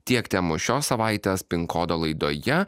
tiek temos šios savaitės pin kodo laidoje